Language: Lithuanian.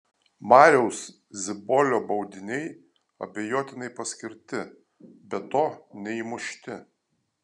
mariaus zibolio baudiniai abejotinai paskirti be to neįmušti